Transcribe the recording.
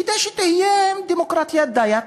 כדי שתהיה דמוקרטיה דיאט,